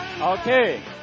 Okay